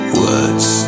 words